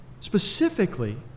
specifically